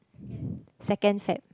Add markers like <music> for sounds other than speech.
<breath> second Feb